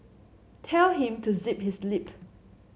tell him to zip his lip